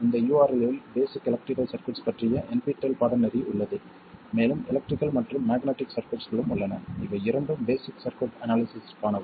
இந்த URL இல் basic electrical circuits பற்றிய NPTEL பாடநெறி உள்ளது மேலும் எலக்ட்ரிகல் மற்றும் மேக்னெட்டிக் சர்க்யூட்ஸ்களும் உள்ளன இவை இரண்டும் பேஸிக் சர்க்யூட் அனாலிசிஸ்ற்கானவை